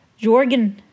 Jorgen